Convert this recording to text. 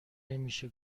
نمیشه